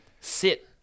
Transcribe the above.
sit